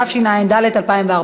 התשע"ד 2014,